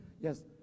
Yes